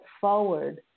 forward